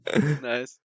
Nice